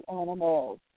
animals